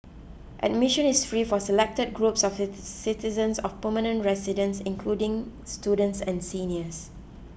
admission is free for selected groups of citizens and permanent residents including students and seniors